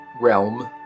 realm